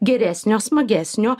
geresnio smagesnio